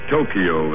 Tokyo